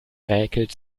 räkelt